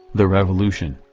the revolution,